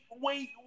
wait